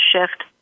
shift